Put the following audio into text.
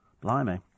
Blimey